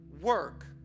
work